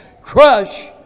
Crush